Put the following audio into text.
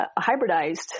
hybridized